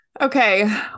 Okay